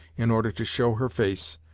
in order to show her face,